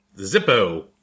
Zippo